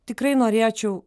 tikrai norėčiau